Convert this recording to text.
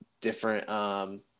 different –